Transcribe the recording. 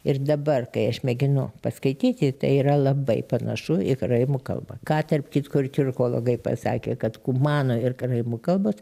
ir dabar kai aš mėginu paskaityti tai yra labai panašu į karaimų kalbą ką tarp kitko ir tiurkologai pasakė kad kumanų ir karaimų kalbos